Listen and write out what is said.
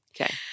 Okay